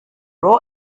raw